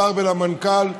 לשר ולמנכ"ל,